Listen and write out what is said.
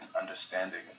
understanding